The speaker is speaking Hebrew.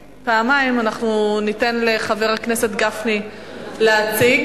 פעמיים, אנחנו ניתן לחבר הכנסת גפני להציג.